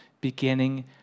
beginning